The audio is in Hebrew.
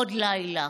עוד לילה.